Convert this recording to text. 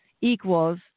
equals